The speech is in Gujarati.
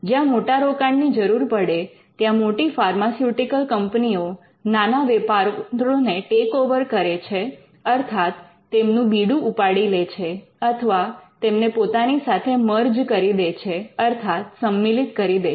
જ્યાં મોટા રોકાણની જરૂર પડે ત્યાં મોટી ફાર્માસ્યુટિકલ કંપનીઓ નાના વેપારો ને ટેક ઓવર કરે છે અર્થાત તેમનું બીડું ઉપાડી લે છે અથવા તેમને પોતાની સાથે મર્જ કરી દે છે અર્થાત સમ્મિલિત કરી દે છે